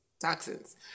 toxins